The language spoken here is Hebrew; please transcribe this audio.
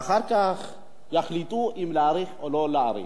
ואחר כך יחליטו אם להאריך או לא להאריך.